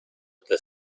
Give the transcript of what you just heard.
the